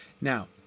Now